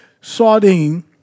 sardine